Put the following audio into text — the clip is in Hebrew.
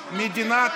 קרעי,